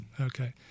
Okay